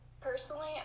personally